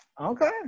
okay